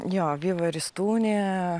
jo viva ristūnė